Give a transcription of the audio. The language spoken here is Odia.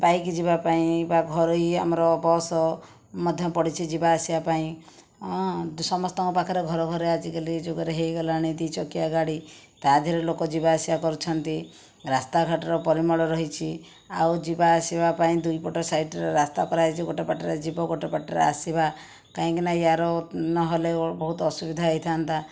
ବାଇକ୍ ଯିବା ପାଇଁ ବା ଘରୋଇ ଆମର ବସ ମଧ୍ୟ ପଡ଼ିଛି ଯିବା ଆସିବାପାଇଁ ସମସ୍ତଙ୍କ ପାଖରେ ଘରେ ଘରେ ଆଜିକାଲି ଯୁଗରେ ହୋଇଗଲାଣି ଦି ଚକିଆ ଗାଡ଼ି ତା'ଦେହରେ ଲୋକ ଯିବା ଆସିବା କରୁଛନ୍ତି ରାସ୍ତାଘାଟର ପରିମଳ ରହିଛି ଆଉ ଯିବାଆସିବା ପାଇଁ ଦୁଇପଟ ସାଇଡ଼ରେ ରାସ୍ତା କରାହେଇଛି ଗୋଟିଏ ପଟରେ ଯିବା ଗୋଟିଏ ପଟରେ ଆସିବା କାହିଁକିନା ୟାର ନହେଲେ ବହୁତ ଅସୁବିଧା ହୋଇଥାନ୍ତା